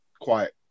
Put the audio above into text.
quiet